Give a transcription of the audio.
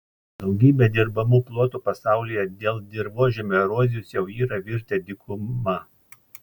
daugybė dirbamų plotų pasaulyje dėl dirvožemio erozijos jau yra virtę dykuma